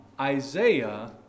Isaiah